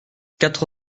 quatre